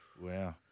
Wow